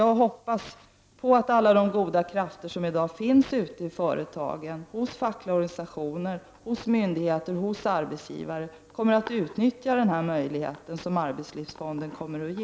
Jag hoppas att alla goda krafter som i dag finns ute i företagen, i de fackliga organisationerna, på myndigheterna och hos arbetsgivarna kommer att utnyttja den möjlighet som arbetslivsfonden kommer att ge.